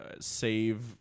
save